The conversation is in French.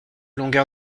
longueurs